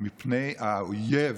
מפני האויב,